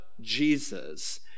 Jesus